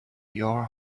your